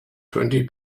twenty